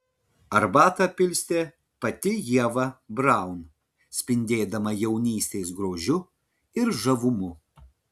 arbatą pilstė pati ieva braun spindėdama jaunystės grožiu ir žavumu